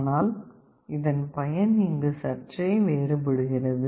ஆனால் இதன் பயன் இங்கு சற்றே வேறுபடுகிறது